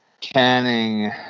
canning